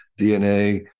DNA